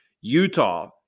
Utah